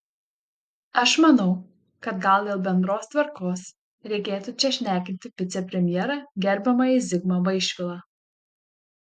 aš manau kad gal dėl bendros tvarkos reikėtų čia šnekinti vicepremjerą gerbiamąjį zigmą vaišvilą